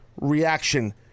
reaction